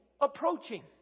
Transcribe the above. approaching